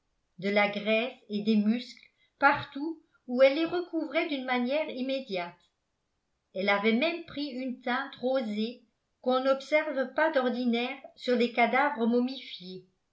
de la graisse et des muscles partout où elle les recouvrait d'une manière immédiate elle avait même pris une teinte rosée qu'on n'observe pas d'ordinaire sur les cadavres momifiés